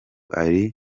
ari